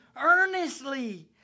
earnestly